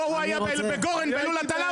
הוא היה בגורן בלול הטלה,